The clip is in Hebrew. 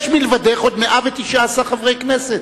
יש מלבדך עוד 119 חברי כנסת.